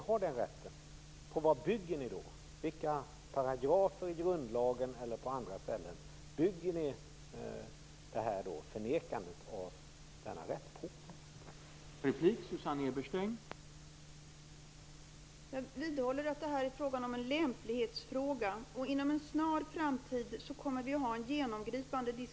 På vilka paragrafer i grundlagen eller på andra ställen bygger ni förnekandet av denna rätt, om ni anser att vi inte har den?